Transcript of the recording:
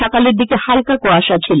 সকালের দিকে হালকা কুয়াশা ছিল